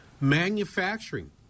Manufacturing